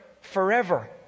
forever